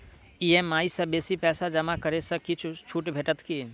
EMI सँ बेसी पैसा जमा करै सँ किछ छुट भेटत की?